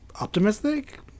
optimistic